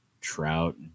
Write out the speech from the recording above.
Trout